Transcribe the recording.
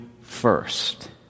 first